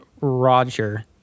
Roger